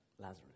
Lazarus